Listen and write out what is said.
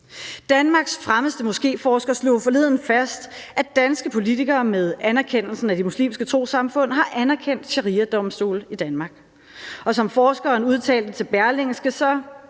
Danmarks fremmeste moskéforsker slog forleden fast, at danske politikere med anerkendelsen af de muslimske trossamfund har anerkendt shariadomstole i Danmark, og som forskeren udtalte til Berlingske,